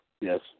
yes